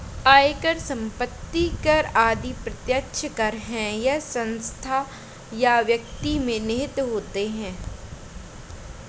आयकर, संपत्ति कर आदि प्रत्यक्ष कर है यह एक संस्था या व्यक्ति में निहित होता है